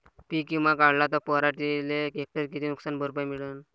पीक विमा काढला त पराटीले हेक्टरी किती नुकसान भरपाई मिळीनं?